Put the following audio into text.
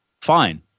fine